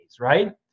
right